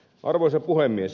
arvoisa puhemies